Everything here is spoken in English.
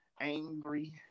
angry